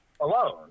alone